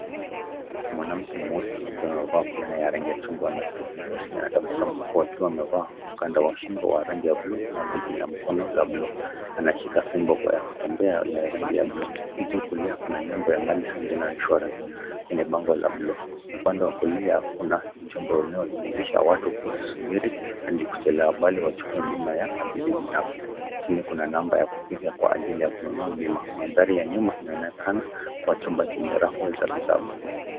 Mwanamke mweusi akiwa amevaa fulana ya rangi ya chungwa na sketi nyeusi anatabasamu huku akiwa amevaa mkanda wa shingo wa rangi ya buluu na begi la mkono la buluu. Anashika fimbo ya kutembea ya rangi ya buluu. Juu kulia kuna nembo ya, Madison General Insurance, kwenye bango la buluu. Upande wa kulia kuna ujumbe unaohimizisha watu kuwasubiri hadi kuchelewa, bali wachukue bima ya ajali binafsi. Chini kuna namba ya kupiga kwa ajili ya kununua bima. Mandhari ya nyuma inaonekana kuwa chumba chenye rafu za vitabu.